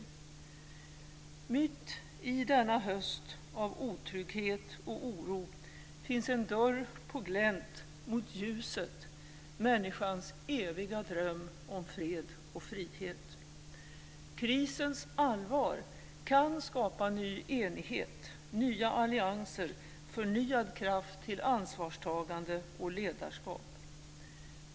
Mitt i denna höst av otrygghet och oro finns en dörr på glänt mot ljuset - människans eviga dröm om fred och frihet. Krisens allvar kan skapa ny enighet, nya allianser, förnyad kraft till ansvarstagande och ledarskap.